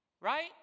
right